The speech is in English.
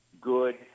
good